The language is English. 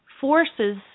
forces